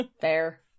Fair